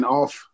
off